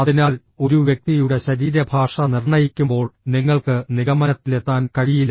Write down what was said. അതിനാൽ ഒരു വ്യക്തിയുടെ ശരീരഭാഷ നിർണ്ണയിക്കുമ്പോൾ നിങ്ങൾക്ക് നിഗമനത്തിലെത്താൻ കഴിയില്ല